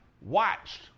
watched